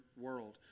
world